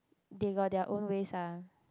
they got their own ways ah